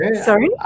Sorry